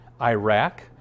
Iraq